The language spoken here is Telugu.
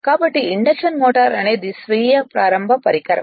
కాబట్టి ఇండక్షన్ మోటర్ అనేది స్వీయ ప్రారంభ పరికరం